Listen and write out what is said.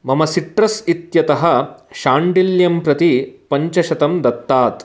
मम सिट्रस् इत्यतः शाण्डिल्यं प्रति पञ्चशतं दत्तात्